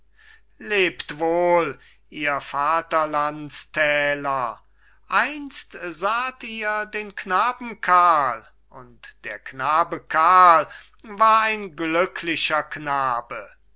lebt wohl ihr vaterlandsthäler einst saht ihr den knaben karl und der knabe karl war ein glücklicher knabe